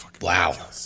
Wow